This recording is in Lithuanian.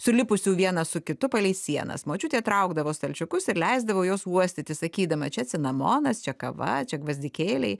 sulipusių vienas su kitu palei sienas močiutė traukdavo stalčiukus ir leisdavo juos uostyti sakydama čia cinamonas čia kava čia gvazdikėliai